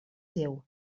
seu